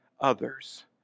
others